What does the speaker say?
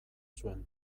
zuen